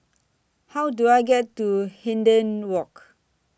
How Do I get to Hindhede Walk